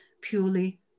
purely